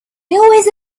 always